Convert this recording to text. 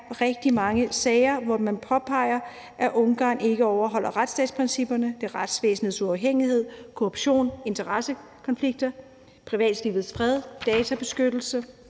rigtig mange sager, hvor man påpeger, at Ungarn ikke overholder retsstatsprincipperne. Det handler om retsvæsenets uafhængighed, korruption, interessekonflikter, privatlivets fred, databeskyttelse,